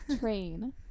train